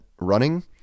running